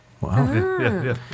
Wow